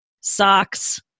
Socks